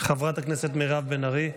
חברת הכנסת מירב בן ארי,